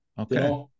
Okay